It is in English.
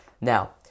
Now